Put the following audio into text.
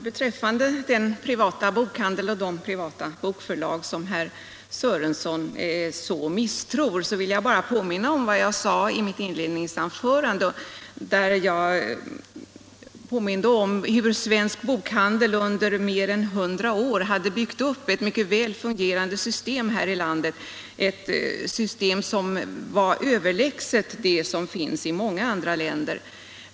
Herr talman! Vad beträffar den privata bokhandeln och de privata bokförlag som herr Sörenson misstror så starkt vill jag bara påminna om vad jag sade i mitt inledningsanförande, där jag påminde om hur svensk bokhandel under mer än 100 år har byggt upp ett mycket väl fungerande system här i landet. Det systemet var överlägset vad som finns i många andra länder.